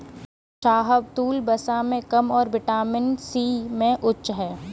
शाहबलूत, वसा में कम और विटामिन सी में उच्च है